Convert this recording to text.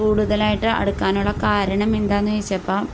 കൂടുതലായിട്ട് അടുക്കാനുള്ള കാരണം എന്താണെന്ന് ചോദിച്ചപ്പോൾ